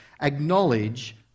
acknowledge